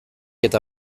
eta